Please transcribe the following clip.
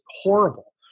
horrible